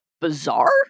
bizarre